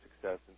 success